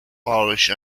irish